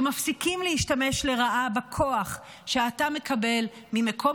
שמפסיקים להשתמש לרעה בכוח שאתה מקבל ממקום